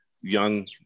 young